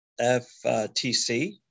FTC